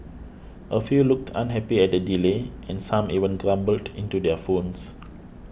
a few looked unhappy at the delay and some even grumbled into their phones